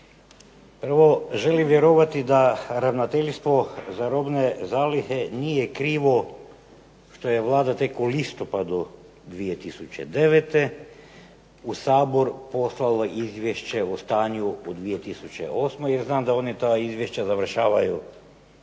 Prvo želim vjerovati da Ravnateljstvo za robne zalihe nije krivo što je Vlada tek u listopadu 2009. u Sabor poslalo izvješće o stanju o 2008., jer znam da one ta izvješća završavaju